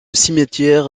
cimetière